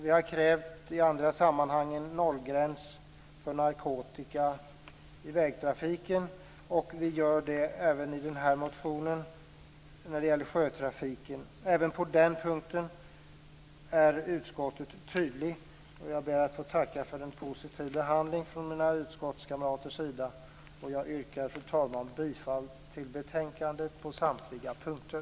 Vi har i andra sammanhang krävt en nollgräns för narkotika i vägtrafiken, och vi gör det även i den här motionen när det gäller sjötrafiken. Även på den punkten är utskottet tydligt. Jag ber att få tacka för en positiv behandling från mina utskottskamraters sida. Jag yrkar, fru talman, bifall till utskottets hemställan på samtliga punkter.